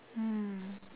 mm